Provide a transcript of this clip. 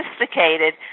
sophisticated